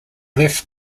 left